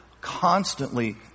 constantly